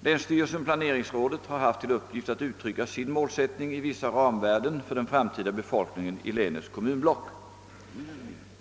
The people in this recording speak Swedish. Länsstyrelsen/ Planeringsrådet har haft till uppgift att uttrycka sin målsättning i vissa ramvärden för den framtida befolkningen i länets kommunblock.